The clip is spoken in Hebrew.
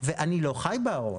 ואני לא חי בארון.